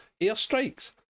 airstrikes